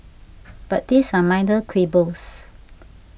but these are minor quibbles